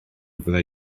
byddai